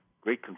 great